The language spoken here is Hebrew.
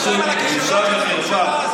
בושה וחרפה.